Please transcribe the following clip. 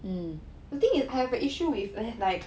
the thing is I have issue with hair like